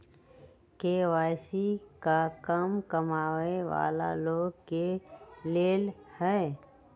KYC का कम कमाये वाला लोग के लेल है?